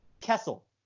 Kessel